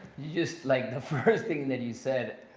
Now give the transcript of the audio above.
just like the first thing and that you said,